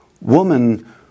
Woman